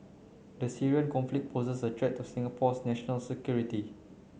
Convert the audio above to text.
the Syrian conflict poses a threat to Singapore's national security